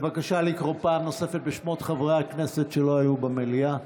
בבקשה לקרוא פעם נוספת בשמות חברי הכנסת שלא היו במליאה.